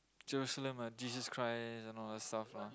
Jerusalem Jesus Christ and all those stuff lah